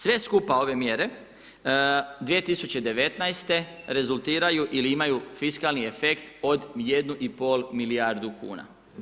Sve skupa ove mjere 2019. rezultiraju ili imaju fiskalni efekt od 1,5 milijardu kuna.